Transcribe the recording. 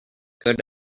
good